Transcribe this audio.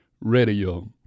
radio